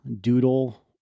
doodle